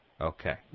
Okay